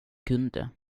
kunde